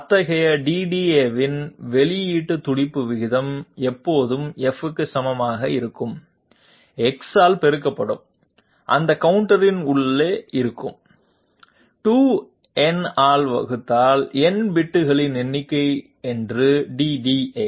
அத்தகைய DDAவின் வெளியீட்டுத் துடிப்பு விகிதம் எப்போதும் f க்கு சமமாக இருக்கும் x ஆல் பெருக்கப்படும் அந்த கவுண்டரின் உள்ளே இருக்கும் 2n ஆல் வகுத்தால் n பிட்களின் எண்ணிக்கை என்று DDA